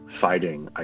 fighting